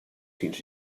fins